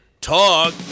Talk